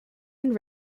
and